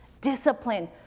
Discipline